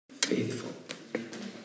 faithful